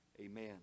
Amen